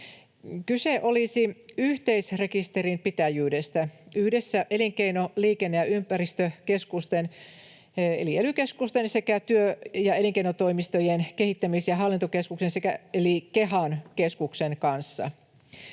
Kyse olisi yhteisrekisterinpitäjyydestä yhdessä elinkeino‑, liikenne‑ ja ympäristökeskusten eli ely-keskusten sekä työ‑ ja elinkeinotoimistojen kehittämis‑ ja hallintokeskuksen eli KEHA-keskuksen kanssa.